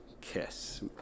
Kiss